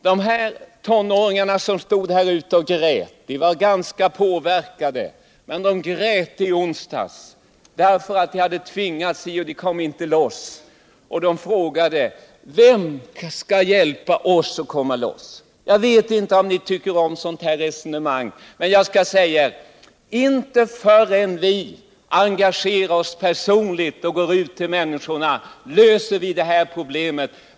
De tonåringar som stod här ute i onsdags var ganska påverkade, men de grät därför att de tvingats in i detta och inte kom loss. De frågade: Vem skall hjälpa oss att komma loss? Jag vet inte om ni tycker om detta resonemang, men jag vill säga att inte förrän vi engagerar oss personligt och går ut till människor löser vi det här problemet.